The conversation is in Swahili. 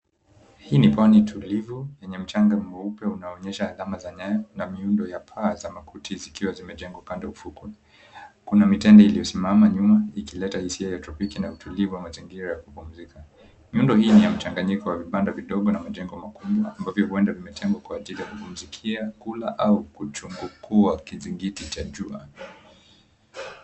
Hii ni pwani tulivu yenye mchanga mweupe unaonyesha alama za nyaya na miundo ya paa za makuti zikiwa zimejengwa kando ya ufukwe. Kuna mitende iliyosimama nyuma ikileta hisia ya tropiki na utulivu ya mazingira ya kupumzika. Miundo hii ya mchanganyiko wa vibanda vidogo na majengo makubwa ambavyo huenda zimetengwa kwa ajili ya kupumzikia, kula au kuchungukua kizingiti cha jua.